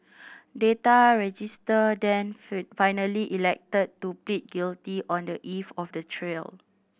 Data Register then finally elected to plead guilty on the eve of the trial